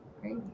Great